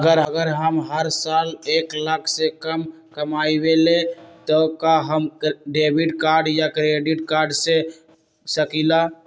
अगर हम हर साल एक लाख से कम कमावईले त का हम डेबिट कार्ड या क्रेडिट कार्ड ले सकीला?